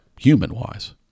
human-wise